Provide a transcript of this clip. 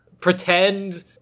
pretend